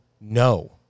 No